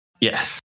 Yes